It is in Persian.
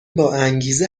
باانگیزه